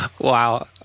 Wow